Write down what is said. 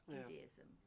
Judaism